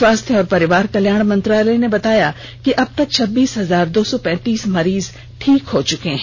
स्वास्थ्य और परिवार कल्याण मंत्रालय ने बताया कि अब तक छब्बीस हजार दो सौ पैंतीस मरीज ठीक हो चुके हैं